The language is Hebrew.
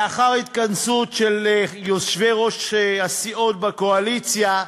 לאחר התכנסות של יושבי-ראש הסיעות בקואליציה,